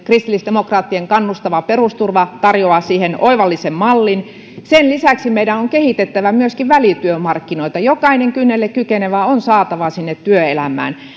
kristillisdemokraattien kannustava perusturva tarjoaa siihen oivallisen mallin sen lisäksi meidän on kehitettävä myöskin välityömarkkinoita jokainen kynnellekykenevä on saatava sinne työelämään